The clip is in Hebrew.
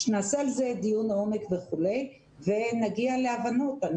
נעשה על זה דיון עומק ונגיע להבנות.